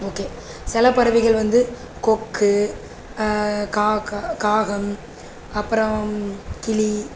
okay சில பறவைகள் வந்து கொக்கு காக்கா காகம் அப்புறம் கிளி